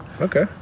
Okay